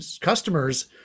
customers